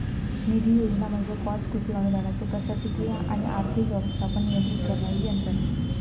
निधी योजना म्हणजे कॉस्ट कृती अनुदानाचो प्रशासकीय आणि आर्थिक व्यवस्थापन नियंत्रित करणारी यंत्रणा